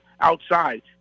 outside